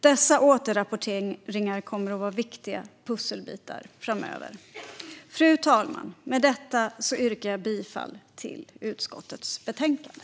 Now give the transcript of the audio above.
Dessa återrapporteringar kommer att vara viktiga pusselbitar framöver. Fru talman! Jag yrkar bifall till förslaget i utskottets betänkande.